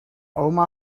oma